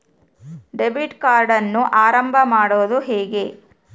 Debit ಕಾರ್ಡನ್ನು ಆರಂಭ ಮಾಡೋದು ಹೇಗೆ?